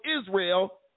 Israel